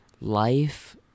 life